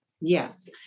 Yes